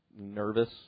nervous